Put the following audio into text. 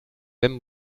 même